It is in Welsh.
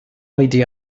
oedi